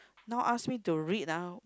now ask me to read ah